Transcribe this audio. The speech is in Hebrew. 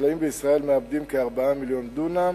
החקלאים בישראל מעבדים כ-4 מיליוני דונם